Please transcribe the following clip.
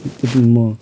त्यो दिन म